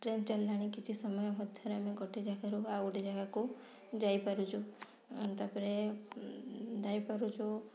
train ଚାଲିଲାଣି କିଛି ସମୟ ମଧ୍ୟ ରେ ଆମେ ଗୋଟେ ଜାଗାରୁ ଆଉ ଗୋଟେ ଜାଗାକୁ ଯାଇପାରୁଛୁ ତାପରେ ଯାଇପାରୁଛୁ